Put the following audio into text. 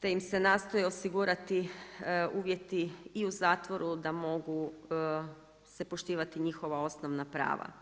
te im se nastoji osigurati uvjeti i u zatvoru da mogu se poštivati njihova osnovna prava.